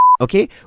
Okay